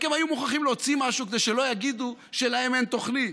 רק שהם היו מוכרחים להוציא משהו כדי שלא יגידו שאין להם תוכנית.